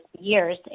years